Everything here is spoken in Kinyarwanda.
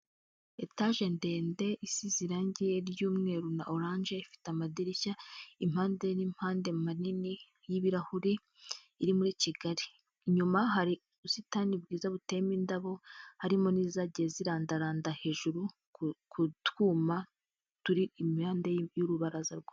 Etaje ndende isize irangi ry'umweru na oranje, ifite amadirishya impande n'impande manini y'ibirahuri, iri muri Kigali, inyuma hari ubusitani bwiza butemba indabo, harimo n'izagiye zirandaranda hejuru ku kutwuma turi impande y'urubaraza.